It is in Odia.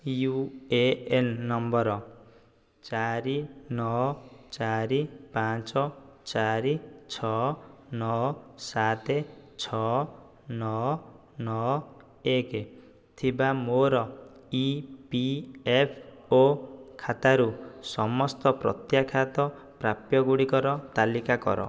ୟୁ ଏ ଏନ୍ ନମ୍ବର୍ ଚାରି ନଅ ଚାରି ପାଞ୍ଚ ଚାରି ଛଅ ନଅ ସାତେ ଛଅ ନଅ ନଅ ଏକ ଥିବା ମୋର ଇ ପି ଏଫ୍ ଓ ଖାତାରୁ ସମସ୍ତ ପ୍ରତ୍ୟାଖ୍ୟାତ ପ୍ରାପ୍ୟଗୁଡ଼ିକର ତାଲିକା କର